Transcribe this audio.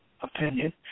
opinion